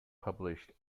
published